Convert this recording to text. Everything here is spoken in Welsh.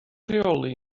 rheoli